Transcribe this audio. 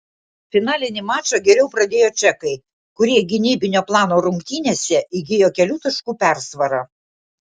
finalinį mačą geriau pradėjo čekai kurie gynybinio plano rungtynėse įgijo kelių taškų persvarą